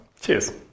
Cheers